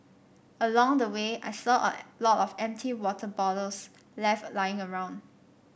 along the way I saw a lot of empty water bottles left lying around